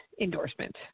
endorsement